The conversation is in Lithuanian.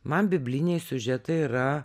man bibliniai siužetai yra